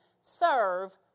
serve